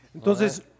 Entonces